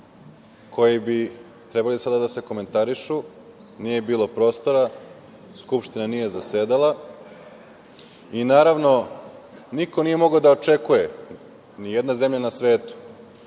koji bi trebalo sada da se komentarišu, jer nije bilo prostora, Skupština nije zasedala. Naravno, niko nije mogao da očekuje, ni jedna zemlja na svetu